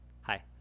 Hi